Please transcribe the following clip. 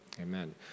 Amen